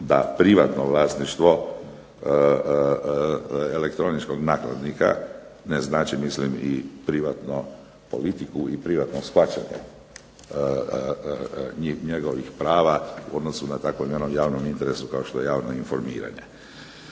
da privatno vlasništvo elektroničkog nakladnika ne znači i privatnu politiku i privatno shvaćanje njegovih prava u odnosu na takvom javnom interesu kao što je javno informiranje.